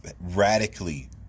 radically